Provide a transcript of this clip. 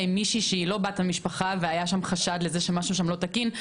עם מישהי שאינה בת המשפחה והיה שם חשד לזה שמשהו שם לא תקין.